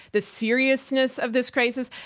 the seriousness of this crisis.